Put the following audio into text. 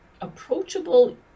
approachable